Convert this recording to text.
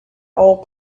old